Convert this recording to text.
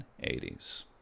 1980s